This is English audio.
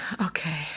okay